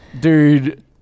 dude